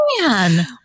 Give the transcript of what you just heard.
man